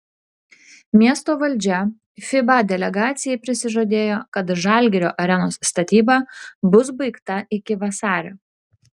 miesto valdžia fiba delegacijai prisižadėjo kad žalgirio arenos statyba bus baigta iki vasario